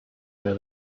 their